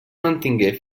mantingué